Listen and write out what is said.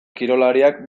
kirolariak